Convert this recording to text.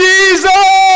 Jesus